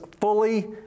fully